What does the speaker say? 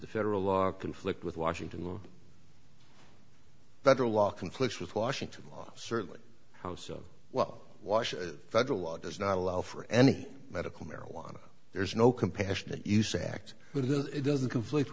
the federal law conflict with washington the federal law conflicts with washington law certainly how so well wash a federal law does not allow for any medical marijuana there's no compassionate use act it doesn't conflict